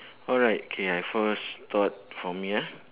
alright okay I first thought for me ah